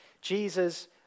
Jesus